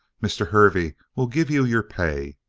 mr. hervey will give you your pay.